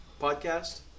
podcast